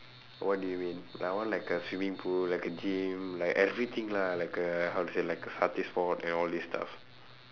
what do you mean like I want like a swimming pool like a gym like everything lah like a how to say like a satay spot and all these stuff